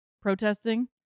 protesting